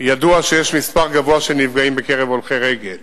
ידוע שיש מספר גדול של נפגעים בקרב הולכי-רגל